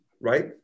right